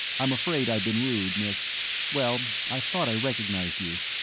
i'm afraid i've been rude, miss well, i thought i recognized you.